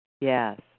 Yes